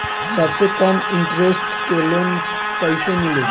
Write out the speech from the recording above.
सबसे कम इन्टरेस्ट के लोन कइसे मिली?